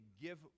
give